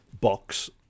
box